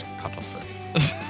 cuttlefish